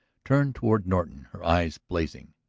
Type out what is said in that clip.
turned toward norton, her eyes blazing.